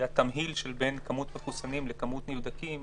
התמהיל בין כמות מחוסנים לכמות נבדקים